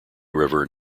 river